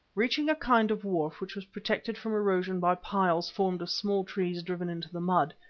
reaching a kind of wharf which was protected from erosion by piles formed of small trees driven into the mud,